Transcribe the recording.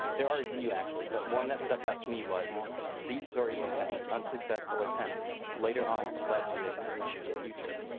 there are a few actually. but one that stuck out to me was the stories of having unsuccessful attempts later on lead to their success in the future.